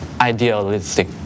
idealistic